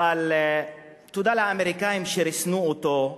אבל תודה לאמריקנים שריסנו אותו,